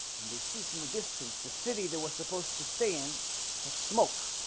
and they see from a distance the city that was supposed to stay in a smoke